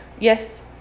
Yes